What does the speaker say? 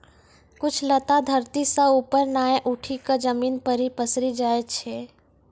कुछ लता धरती सं ऊपर नाय उठी क जमीन पर हीं पसरी जाय छै